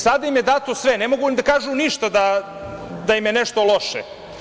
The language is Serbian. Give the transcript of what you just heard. Sada im je dato sve, i ne mogu oni da kažu ništa da im je nešto loše.